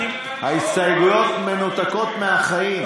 ההסתייגויות מנותקות מהחיים.